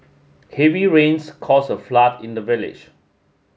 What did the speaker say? heavy rains caused a flood in the village